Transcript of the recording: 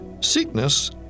Sickness